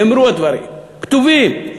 נאמרו הדברים, כתובים.